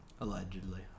Allegedly